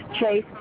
chase